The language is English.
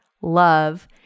love